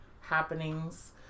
happenings